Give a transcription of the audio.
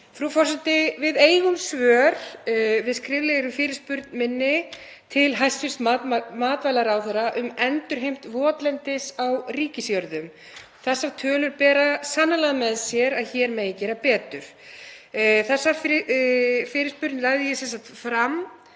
Frú forseti. Við eigum svör við skriflegri fyrirspurn minni til hæstv. matvælaráðherra um endurheimt votlendis á ríkisjörðum. Þessar tölur bera sannarlega með sér að hér megi gera betur. Þessa fyrirspurn lagði ég fram